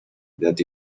that